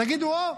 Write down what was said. ותגידו: אוה,